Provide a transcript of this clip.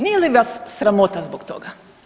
Nije li vas sramota zbog toga?